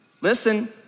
Listen